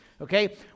okay